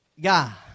God